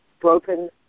broken